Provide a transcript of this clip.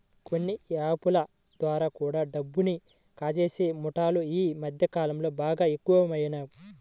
కొన్ని యాప్ ల ద్వారా కూడా డబ్బుని కాజేసే ముఠాలు యీ మద్దె కాలంలో బాగా ఎక్కువయినియ్